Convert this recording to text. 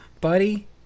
Buddy